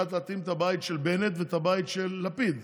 נכון שבנט ויושב-ראש הסיעה שלך מיש עתיד,